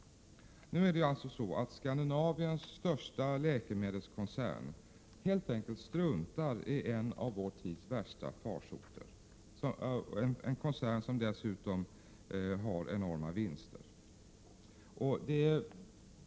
Skandinaviens största läkemedelskoncern struntar helt enkelt i en av vår tids värsta farsoter — en koncern som dessutom har gjort enorma vinster.